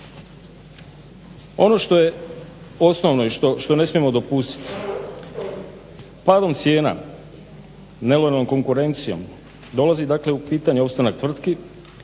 Ono što je osnovno i što ne smijemo dopustiti, padom cijena, nelojalnom konkurencijom dolazi dakle u pitanje opstanak tvrtki,